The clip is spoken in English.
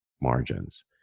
margins